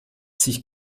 sich